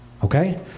Okay